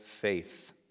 faith